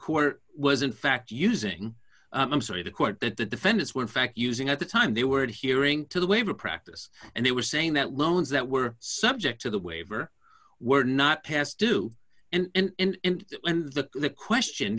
court was in fact using i'm sorry the court that the defendants were in fact using at the time they were hearing to the waiver practice and they were saying that loans that were subject to the waiver were not past due and the the question